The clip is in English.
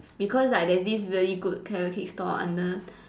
because like there's this very good carrot cake store under